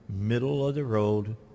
middle-of-the-road